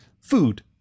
Food